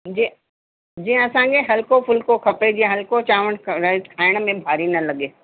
जी जीअं असांखे हल्को फ़ुल्को खपे जीअं हल्को चांवर रहे खाइण में भारी न लॻे